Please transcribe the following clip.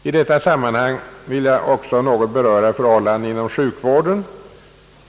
I detta sammanhang vill jag också något beröra förhållandena inom sjukvården.